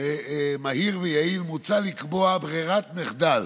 מהיר ויעיל, מוצע לקבוע ברירת מחדל